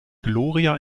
gloria